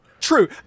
True